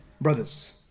brothers